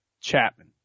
Chapman